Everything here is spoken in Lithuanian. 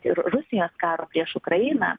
ir rusijos karo prieš ukrainą